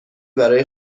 برای